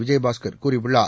விஜயபாஸ்கள் கூறியுள்ளார்